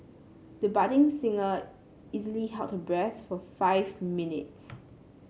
the budding singer easily held her breath for five minutes